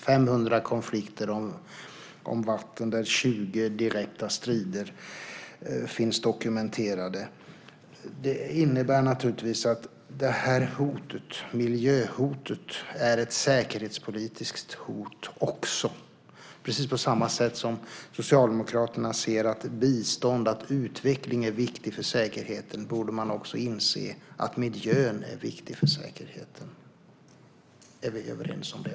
500 konflikter om vatten, däribland 20 direkta strider, finns dokumenterade. Det innebär naturligtvis att miljöhotet är också ett säkerhetspolitiskt hot. Precis på samma sätt som Socialdemokraterna ser att bistånd och utveckling är viktiga för säkerheten borde man se att miljön är viktig för säkerheten. Är vi överens om det?